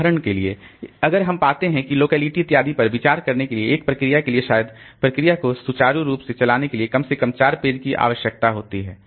उदाहरण के लिए अगर हम पाते हैं कि लोकेलिटी इत्यादि पर विचार करने के लिए एक प्रोसेस के लिए शायद प्रोसेस को सुचारू रूप से चलाने के लिए कम से कम 4 पेज की आवश्यकता होती है